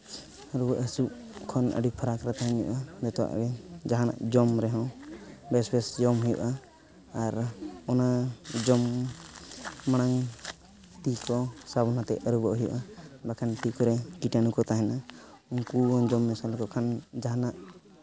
ᱨᱩᱣᱟᱹᱜ ᱦᱟᱹᱥᱩᱜ ᱠᱷᱚᱱ ᱟᱹᱰᱤ ᱯᱷᱟᱨᱟᱠ ᱨᱮ ᱛᱟᱦᱮᱱ ᱦᱩᱭᱩᱜᱼᱟ ᱱᱤᱛᱚᱜ ᱟᱹᱵᱤᱱ ᱡᱟᱦᱟᱱᱟᱜ ᱡᱚᱢ ᱨᱮ ᱦᱚᱸ ᱵᱮᱥᱼᱵᱮᱥ ᱡᱚᱢ ᱦᱩᱭᱩᱜᱼᱟ ᱟᱨ ᱚᱱᱟ ᱡᱚᱢ ᱢᱟᱲᱟᱝ ᱛᱤ ᱠᱚ ᱥᱟᱵᱚᱱ ᱟᱛᱮ ᱟᱹᱨᱩᱵᱚᱜ ᱦᱩᱭᱩᱜᱼᱟ ᱵᱟᱝ ᱠᱷᱟᱱ ᱛᱤ ᱠᱚᱨᱮᱜ ᱠᱤᱴᱟᱱᱩ ᱠᱚ ᱛᱟᱦᱮᱱᱟ ᱩᱱᱠᱩ ᱵᱚᱱ ᱡᱚᱢ ᱢᱮᱥᱟ ᱞᱮᱠᱚ ᱠᱷᱟᱱ ᱡᱟᱦᱟᱱᱟᱜ